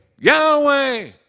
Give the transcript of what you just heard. Yahweh